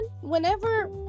whenever